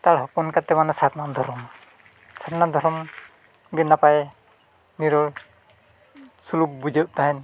ᱥᱟᱱᱛᱟᱲ ᱦᱚᱯᱚᱱ ᱠᱟᱛᱮᱫ ᱢᱟᱱᱮ ᱥᱟᱨᱱᱟ ᱫᱷᱚᱨᱚᱢ ᱥᱟᱨᱱᱟ ᱫᱷᱚᱨᱚᱢ ᱜᱮ ᱱᱟᱯᱟᱭ ᱱᱤᱨᱳᱲ ᱥᱩᱞᱩᱠ ᱵᱩᱡᱷᱟᱹᱜ ᱛᱟᱦᱮᱸᱫ